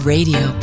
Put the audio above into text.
Radio